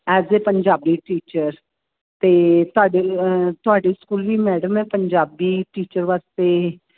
as a Punjabi teacher ਅਤੇ ਤੁਹਾਡੇ ਤੁਹਾਡੇ ਸਕੂਲ ਵੀ ਮੈਡਮ ਹੈ ਪੰਜਾਬੀ ਟੀਚਰ ਵਾਸਤੇ